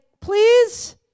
please